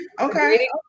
okay